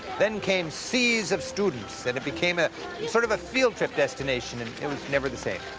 then came seas of students, and it became ah sort of a field-trip destination, and it was never the same.